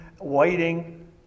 waiting